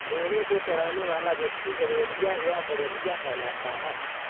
भेंड़ों को चराने वाला व्यक्ति गड़ेड़िया या गरेड़िया कहलाता है